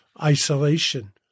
isolation